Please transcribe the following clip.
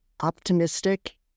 optimistic